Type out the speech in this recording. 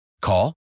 Call